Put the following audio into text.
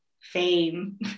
fame